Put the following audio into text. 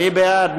מי בעד?